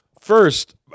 first